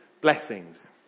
blessings